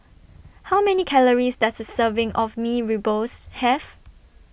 How Many Calories Does A Serving of Mee Rebus Have